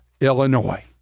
Illinois